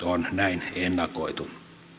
on näin ennakoitu